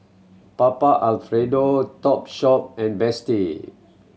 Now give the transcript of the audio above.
Papa Alfredo Topshop and Betsy